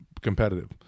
competitive